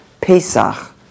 Pesach